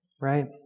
right